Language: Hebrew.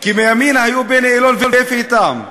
כי מימין היו בני אלון ואפי איתם.